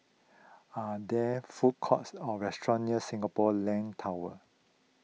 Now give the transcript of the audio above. are there food courts or restaurant near Singapore Land Tower